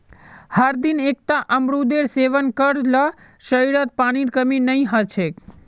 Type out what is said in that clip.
हरदिन एकता अमरूदेर सेवन कर ल शरीरत पानीर कमी नई ह छेक